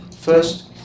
First